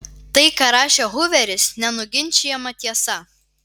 tai ką rašė huveris nenuginčijama tiesa